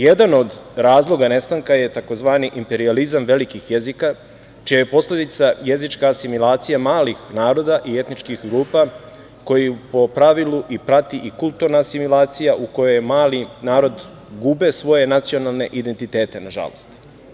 Jedan od razloga nestanka je tzv. „imperijalizam velikih jezika“, čija je posledica jezička asimilacija malih naroda i etničkih grupa koju po pravilu prati i kulturna asimilacija u kojoj mali narodi gube svoje nacionalne identiteta, nažalost.